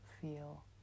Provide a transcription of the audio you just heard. feel